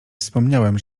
wspomniałem